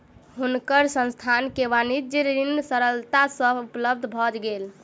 हुनकर संस्थान के वाणिज्य ऋण सरलता सँ उपलब्ध भ गेल